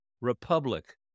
republic